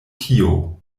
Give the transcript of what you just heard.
tio